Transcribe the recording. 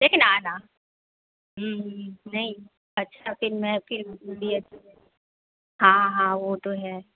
देखने आना नहीं अच्छा फिर मैं हाँ हाँ वो तो है